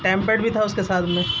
tempered بھی تھا اس کے ساتھ میں